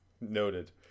Noted